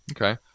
Okay